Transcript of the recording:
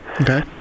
Okay